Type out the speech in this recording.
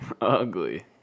Ugly